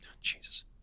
Jesus